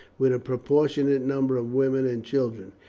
with a proportionate number of women and children.